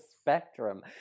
spectrum